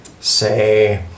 say